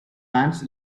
ants